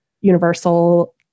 Universal